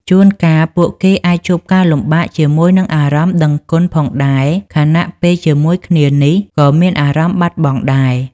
ជួនកាលពួកគេអាចជួបការលំបាកជាមួយនឹងអារម្មណ៍ដឹងគុណផងដែរ ខណៈពេលជាមួយគ្នានេះក៏មានអារម្មណ៍បាត់បង់ដែរ។